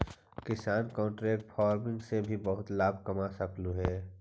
किसान contract farming से भी बहुत लाभ कमा सकलहुं हे